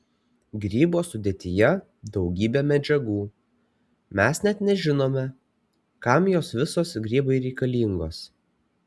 grybo sudėtyje daugybė medžiagų mes net nežinome kam jos visos grybui reikalingos